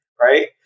right